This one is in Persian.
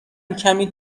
کمی